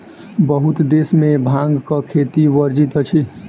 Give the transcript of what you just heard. बहुत देश में भांगक खेती वर्जित अछि